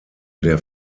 der